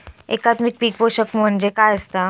एकात्मिक पीक पोषण म्हणजे काय असतां?